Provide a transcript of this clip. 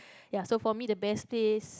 ya so for me the best place